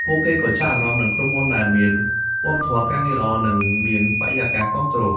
ពួកគេក៏ចាប់អារម្មណ៍នឹងក្រុមហ៊ុនដែលមានវប្បធម៌ការងារល្អ និងមានបរិយាកាសគាំទ្រ។